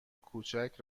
کوچک